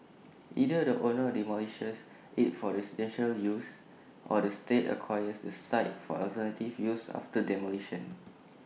either the owner demolishes IT for residential use or the state acquires the site for alternative use after demolition